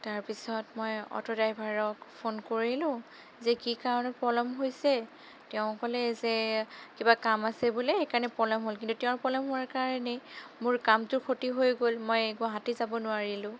তাৰপিছত মই অ'টো ড্ৰাইভাৰক ফোন কৰিলোঁ যে কি কাৰণে পলম হৈছে তেওঁ ক'লে যে কিবা কাম আছে বোলে সেইকাৰণে পলম হ'ল কিন্তু তেওঁৰ পলম হোৱাৰ কাৰণেই মোৰ কামটো ক্ষতি হৈ গ'ল মই গুৱাহাটী যাব নোৱাৰিলোঁ